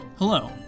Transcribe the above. Hello